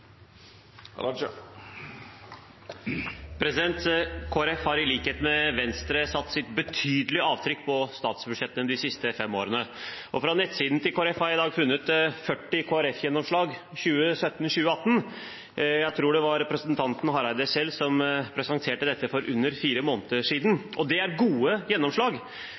har i likhet med Venstre satt sitt betydelige avtrykk på statsbudsjettene de siste fem årene. På nettsiden til Kristelig Folkeparti har jeg i dag funnet 40 Kristelig Folkeparti-gjennomslag i 2017–2018. Jeg tror det var representanten Hareide selv som presenterte dette for under fire måneder siden. Det er gode gjennomslag,